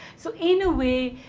so in a way,